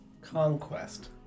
conquest